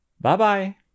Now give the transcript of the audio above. Bye-bye